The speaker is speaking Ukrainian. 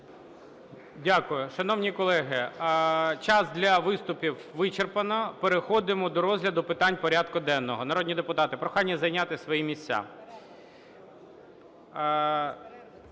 Дякую. Шановні колеги, час для виступів вичерпано. Переходимо до розгляду питань порядку денного. Народні депутати, прохання зайняти свої місця.